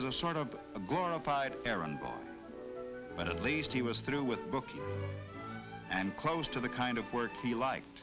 was a sort of a glorified errand boy but at least he was through with books and close to the kind of work he liked